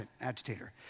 agitator